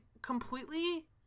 completely